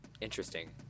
interesting